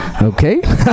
Okay